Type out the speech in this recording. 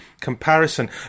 comparison